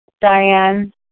Diane